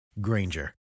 Granger